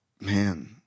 Man